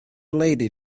lady